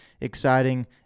exciting